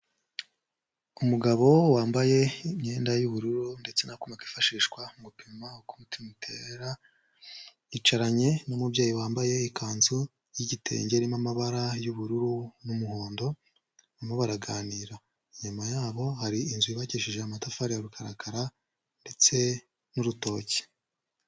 Umugabo wambaye imyenda y'ubururu ndetse n'akuma kifashishwa gupima uko umutima utera, yicaranye n'umubyeyi wambaye ikanzu y'igitenge irimo amabara y'ubururu n'umuhondo, barimo baraganira, inyuma yabo hari inzu yubakisheje amatafari ya rukarakara ndetse n'urutoki.